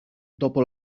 dopo